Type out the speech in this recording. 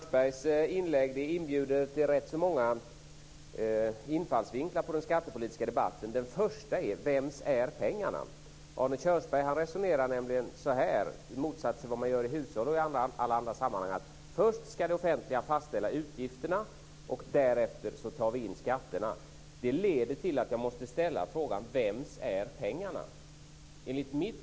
Fru talman! Arne Kjörnsbergs inlägg inbjuder till rätt så många infallsvinklar på den skattepolitiska debatten. Den första är: Vems är pengarna? Arne Kjörnsberg resonerar nämligen, i motsats till hur man gör i hushåll och i alla andra sammanhang, på följande sätt. Först ska det offentliga fastställa utgifterna, och därefter tar vi in skatterna. Det leder till att jag måste ställa frågan: Vems är pengarna?